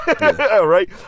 right